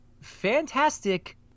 fantastic